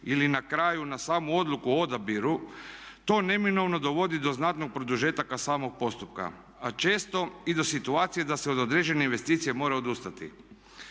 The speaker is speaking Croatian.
ili na kraju na samu odluku o odabiru to neminovno dovodi do znatnog produžetka samog postupka, a često i do situacije da se od određene investicije mora odustati.